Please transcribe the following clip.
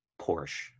Porsche